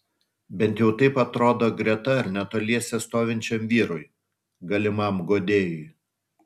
bent jau taip atrodo greta ar netoliese stovinčiam vyrui galimam guodėjui